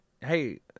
hey